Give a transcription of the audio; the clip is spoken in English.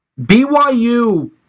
BYU –